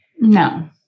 No